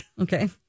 Okay